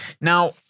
Now